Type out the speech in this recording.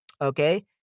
okay